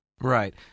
Right